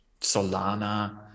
Solana